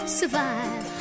survive